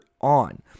on